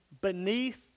beneath